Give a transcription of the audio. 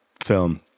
film